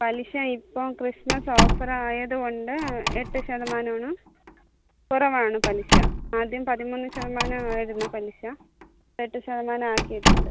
പലിശ ഇപ്പം ക്രിസ്മസ് ഓഫറായത് കൊണ്ട് എട്ട് ശതമാനമാണ് കുറവാണ് പലിശ ആദ്യം പതിമൂന്ന് ശതമാനം ആയിരുന്നു പലിശ എട്ട് ശതമാനം ആക്കിയിട്ടുണ്ട്